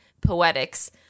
Poetics